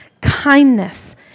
Kindness